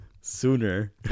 Sooner